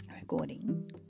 recording